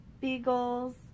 beagles